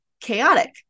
chaotic